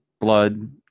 blood